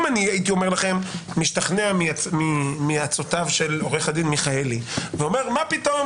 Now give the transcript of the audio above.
אם אני הייתי משתכנע מעצותיו של עורך הדין מיכאלי ואומר "מה פתאום,